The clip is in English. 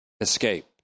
escape